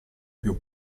più